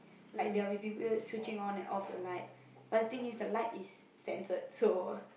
like there will be people switching on and off the light but the thing is the light is censored so